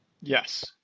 Yes